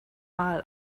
mal